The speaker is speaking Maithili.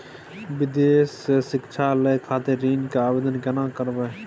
विदेश से शिक्षा लय खातिर ऋण के आवदेन केना करबे?